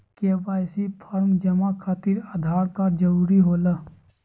KYC form जमा खातिर Aadhaar card जरूरी होला?